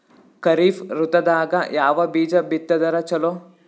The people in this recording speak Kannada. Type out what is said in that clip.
ಖರೀಫ್ ಋತದಾಗ ಯಾವ ಬೀಜ ಬಿತ್ತದರ ಚಲೋ?